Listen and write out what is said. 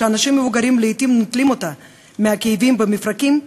שאנשים מבוגרים לעתים נוטלים אותה בגלל כאבים במפרקים,